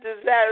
desire